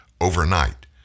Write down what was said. overnight